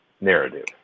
narrative